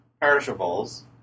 perishables